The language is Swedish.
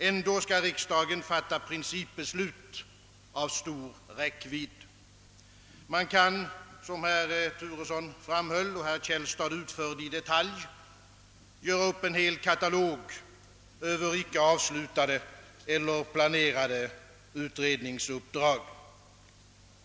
Ändå skall riksdagen fatta principbeslut av stor räckvidd. Man kan — som herr Turesson framhöll och herr Källstad utförde i detalj — göra upp en hel katalog över icke avslutade eller planerade utredningsuppdrag.